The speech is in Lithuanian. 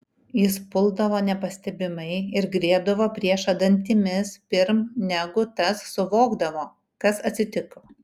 jis puldavo nepastebimai ir griebdavo priešą dantimis pirm negu tas suvokdavo kas atsitiko